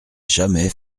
jamais